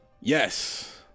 yes